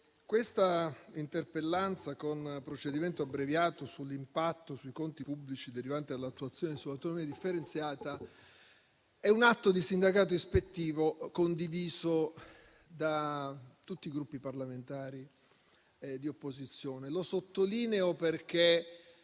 questa interpellanza con procedimento abbreviato sull'impatto sui conti pubblici derivanti dall'attuazione dell'autonomia differenziata è un atto di sindacato ispettivo condiviso da tutti i Gruppi parlamentari di opposizione. Lo sottolineo perché